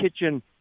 Kitchen